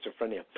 schizophrenia